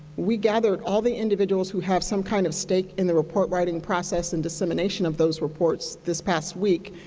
we gathered all of the individuals who have some kind of stake in the report writing process and dissemination of those reports this past week,